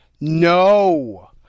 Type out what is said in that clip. no